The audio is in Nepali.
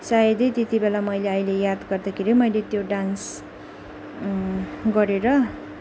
सायदै त्यतिबेला मैले अहिले याद गर्दाखेरि मैले त्यो डान्स गरेर